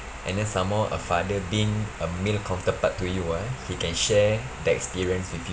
and then some more a father being a male counterpart to you ah he can share the experience with you